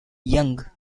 young